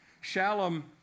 Shalom